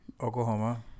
Oklahoma